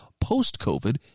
post-COVID